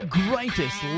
greatest